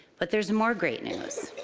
but there's more great news.